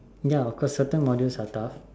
ya of course certain modules are tough